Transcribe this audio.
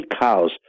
cows